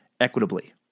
equitably